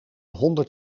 honderd